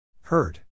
Hurt